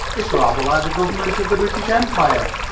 it's rather like the government of the british empire.